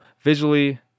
Visually